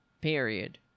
Period